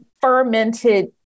fermented